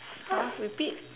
!huh! repeat